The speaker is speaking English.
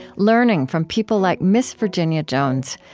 learning from people like miss virginia jones,